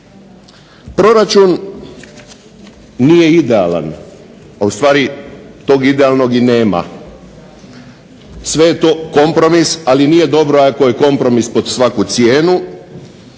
Proračun nije idealan, a u stvari tog idealnog i nema. Sve je to kompromis, ali nije dobro ako je kompromis pod svaku cijenu